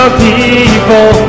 people